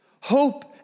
Hope